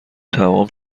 تمام